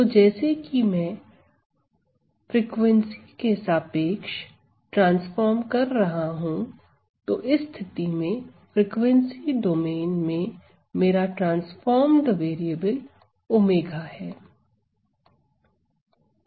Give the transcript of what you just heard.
तो जैसे कि मैं फ्रीक्वेंसी के सापेक्ष ट्रांसफार्म कर रहा हूं तो इस स्थिति में फ्रिकवेंसी डोमेन में मेरा ट्रांसफॉर्म्ड वेरिएबल ⍵ है